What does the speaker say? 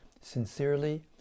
sincerely